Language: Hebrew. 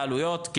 אלה העלויות.